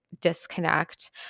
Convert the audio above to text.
disconnect